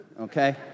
okay